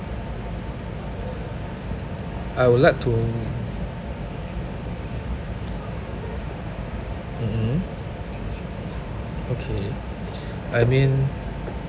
I would like to mm mm okay I mean